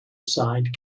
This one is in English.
aside